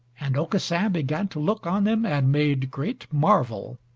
and aucassin began to look on them, and made great marvel.